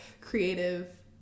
creative